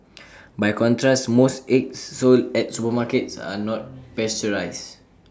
by contrast most eggs sold at supermarkets are not pasteurised